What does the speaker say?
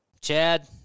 Chad